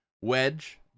Wedge